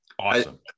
Awesome